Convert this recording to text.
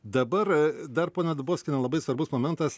dabar dar ponia dubovskiene labai svarbus momentas